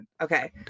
Okay